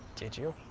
did you?